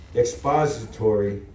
expository